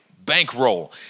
bankroll